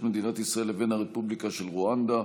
מדינת ישראל לבין הרפובליקה של רואנדה,